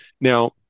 now